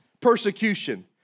persecution